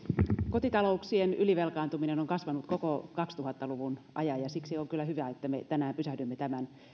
kotitalouksien ylivelkaantuminen on kasvanut koko kaksituhatta luvun ajan ja siksi on kyllä hyvä että me tänään pysähdymme tämän